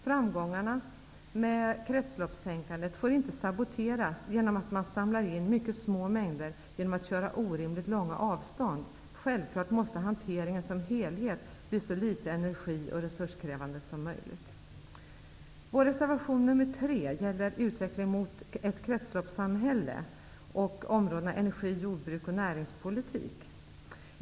Framgångarna med kretsloppstänkandet får inte saboteras genom att man kör orimligt långa avstånd för att samla in mycket små mängder. Självklart måste hanteringen som helhet bli så litet energi och resurskrävande som möjligt. Vår reservation nr 3 gäller utvecklingen mot ett kretsloppssamhälle och områdena energi, jordbruk och näringspolitik.